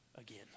again